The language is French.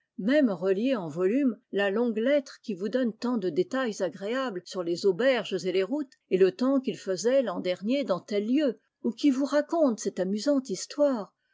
même reliée en volume la longue lettrequi vous donne tant de détails agréables sur les auberges et les routes et le temps qu'il faisait l'an dernier dans tel lieu ou qui vous raconte cette amusante histoire